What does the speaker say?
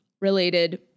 related